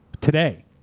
Today